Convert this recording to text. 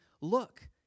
look